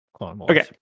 okay